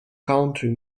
country